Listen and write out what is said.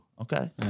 Okay